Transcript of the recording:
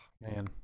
Man